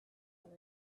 long